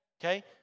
Okay